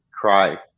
cry